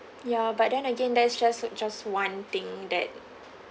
ya but then again that's just just one thing that